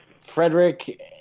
Frederick